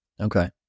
Okay